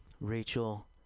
Rachel